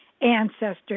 ancestor